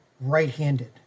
right-handed